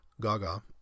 Gaga